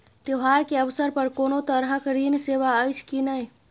त्योहार के अवसर पर कोनो तरहक ऋण सेवा अछि कि नहिं?